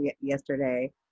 yesterday